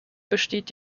besteht